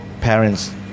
parents